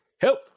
Help